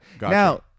now